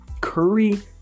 Curry